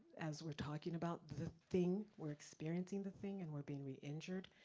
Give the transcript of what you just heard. as we're talking about, the thing, we're experiencing, the thing and we're being re-injured.